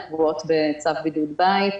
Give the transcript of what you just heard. הן קבועות בצו בידוד בית: